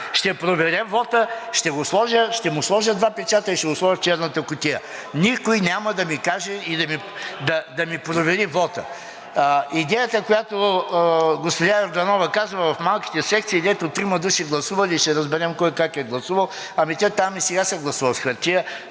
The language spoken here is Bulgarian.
Ще проверя вота, ще му сложа два печата и ще го сложа в черната кутия. Никой няма да ми каже и да ми провери вота. Идеята, която госпожа Йорданова казва, в малките секции, където трима души гласували и ще разберем кой как е гласувал. Ами там и сега се гласува с хартия,